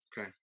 okay